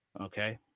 Okay